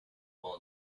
well